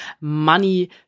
money